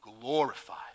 glorified